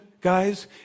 guys